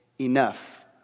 enough